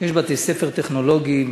יש בתי-ספר טכנולוגיים,